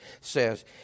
says